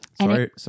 sorry